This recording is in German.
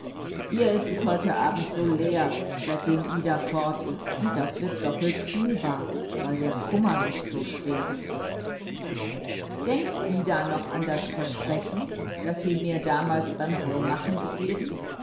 hier ist es heute abend so leer seitdem ida fort ist und das wird doppelt fühlbar weil der kummer mich so schwer bedrückt denkt ida noch an das versprechen das sie mir damals beim heumachen gegeben